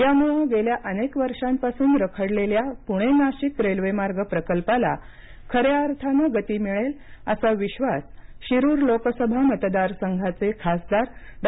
यामुळे गेल्या अनेक वर्षापासून रखडलेल्या पूणे नाशिक रेल्वेमार्ग प्रकल्पाला खऱ्या अर्थाने गती मिळेल असा विश्वास शिरुर लोकसभा मतदारसंघाचे खासदार डॉ